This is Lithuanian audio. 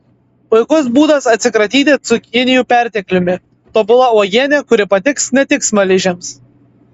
puikus būdas atsikratyti cukinijų pertekliumi tobula uogienė kuri patiks ne tik smaližiams